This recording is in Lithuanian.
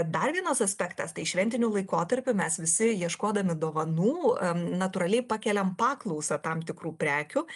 dar vienas aspektas tai šventiniu laikotarpiu mes visi ieškodami dovanų natūraliai pakeliam paklausą tam tikrų prekių